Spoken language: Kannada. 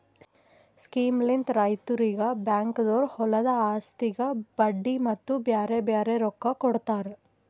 ಸ್ಕೀಮ್ಲಿಂತ್ ರೈತುರಿಗ್ ಬ್ಯಾಂಕ್ದೊರು ಹೊಲದು ಆಸ್ತಿಗ್ ಬಡ್ಡಿ ಮತ್ತ ಬ್ಯಾರೆ ಬ್ಯಾರೆ ರೊಕ್ಕಾ ಕೊಡ್ತಾರ್